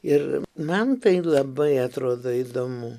ir man tai labai atrodo įdomu